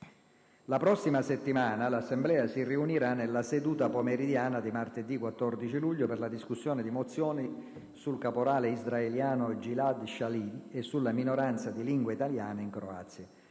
La prossima settimana, l'Assemblea si riunirà nella seduta pomeridiana di martedì 14 luglio per la discussione di mozioni sul caporale israeliano Gilad Shalit e sulla minoranza di lingua italiana in Croazia.